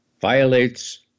violates